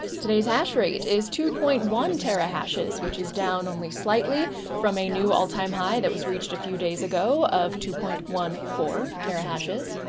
today's hashrate is two point one tara hashes, which is down only slightly from a new all-time high that was reached a few days ago of two point one four tera hashes.